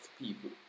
people